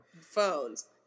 phones